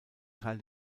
teil